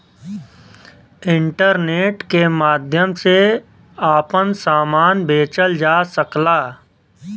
internet के माध्यम से आपन सामान बेचल जा सकला